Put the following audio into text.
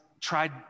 tried